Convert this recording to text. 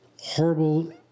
horrible